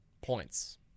points